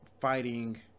fighting